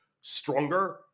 stronger